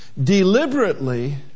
deliberately